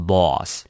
Boss